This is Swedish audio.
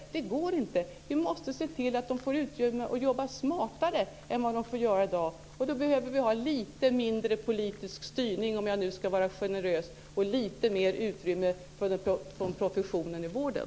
Det går inte. Vi måste se till att de får utrymme att jobba smartare än vad de får göra i dag. Då behöver vi ha lite mindre politisk styrning - om jag nu ska vara generös - och lite mer utrymme för professionen i vården.